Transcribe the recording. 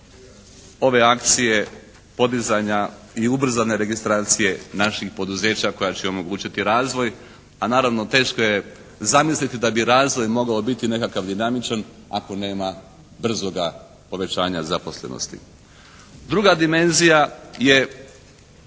ove akcije podizanja i ubrzanje registracije naših poduzeća koja će omogućiti razvoj. A naravno teško je zamisliti da bi razvoj mogao biti nekakav dinamičan ako nema brzoga povećanja zaposlenosti. Druga dimenzija je